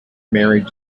married